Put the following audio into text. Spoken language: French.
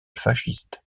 fasciste